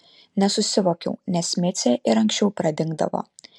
nesusivokiau nes micė ir anksčiau pradingdavo